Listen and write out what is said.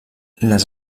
les